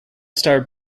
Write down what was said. star